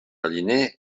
galliner